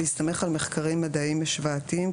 בהסתמך על מחקרים מדעיים השוואתיים,